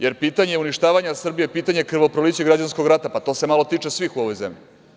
Jer, pitanje uništavanje Srbije je pitanje krvoprolića i građanskog rata, pa to se malo tiče svih u ovoj zemlji.